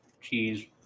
Cheese